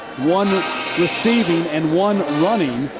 one this season, and one running.